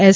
S